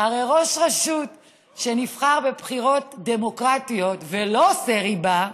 הרי ראש רשות שנבחר בבחירות דמוקרטיות ולא עושה ריבה,